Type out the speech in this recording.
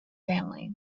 family